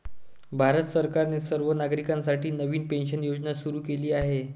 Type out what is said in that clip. भारत सरकारने सर्व नागरिकांसाठी नवीन पेन्शन योजना सुरू केली आहे